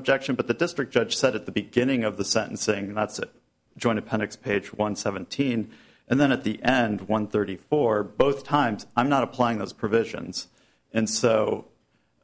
objection but the district judge said at the beginning of the sentencing that's it join appendix page one seventeen and then at the end one thirty four both times i'm not applying those provisions and so